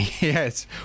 Yes